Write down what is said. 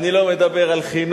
אני לא מדבר על חינוך,